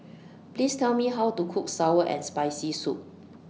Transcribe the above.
Please Tell Me How to Cook Sour and Spicy Soup